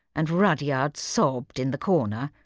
and rudyard sobbed in the corner,